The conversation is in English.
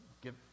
Give